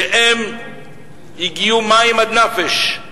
שהגיעו מים עד נפש,